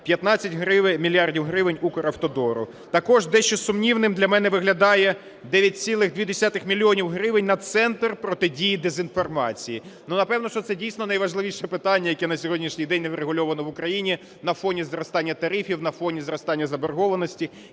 гривень – Укравтодору. Також дещо сумнівним для мене виглядає 9,2 мільйона гривень на Центр протидії дезінформації. Напевно, що це дійсно найважливіше питання, яке на сьогоднішній день неврегульоване в Україні на фоні зростання тарифів, на фоні зростання заборгованості,